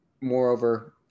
moreover